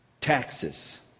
Taxes